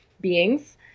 beings